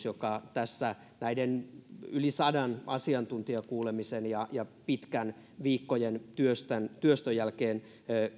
joka tässä näiden yli sadan asiantuntijakuulemisen ja ja pitkän viikkojen työstön työstön jälkeen